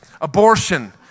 Abortion